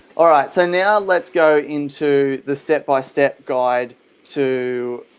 alright, so now let's go into the step by step guide to